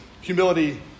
humility